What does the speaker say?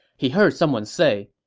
he heard someone say,